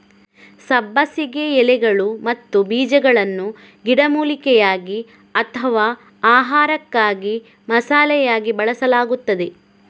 ಸಬ್ಬಸಿಗೆ ಎಲೆಗಳು ಮತ್ತು ಬೀಜಗಳನ್ನು ಗಿಡಮೂಲಿಕೆಯಾಗಿ ಅಥವಾ ಆಹಾರಕ್ಕಾಗಿ ಮಸಾಲೆಯಾಗಿ ಬಳಸಲಾಗುತ್ತದೆ